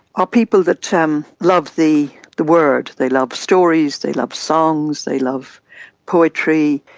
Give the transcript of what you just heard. are people that um love the the word, they love stories, they love songs, they love poetry,